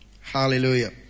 Hallelujah